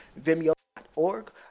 vimeo.org